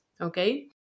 okay